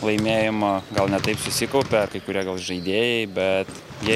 laimėjimo gal ne taip susikaupia kai kurie gal žaidėjai bet jie